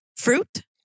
Fruit